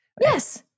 Yes